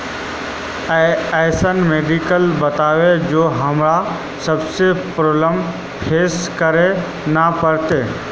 ऐसन मेडिसिन बताओ जो हम्मर सबके प्रॉब्लम फेस करे ला ना पड़ते?